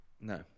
no